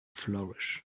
flourish